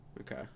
Okay